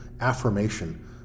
affirmation